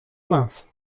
nas